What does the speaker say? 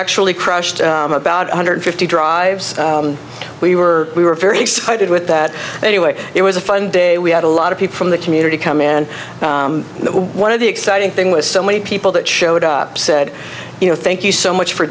actually crashed about one hundred fifty drives we were we were very excited with that anyway it was a fun day we had a lot of people from the community come in and one of the exciting thing was so many people that showed up said you know thank you so much for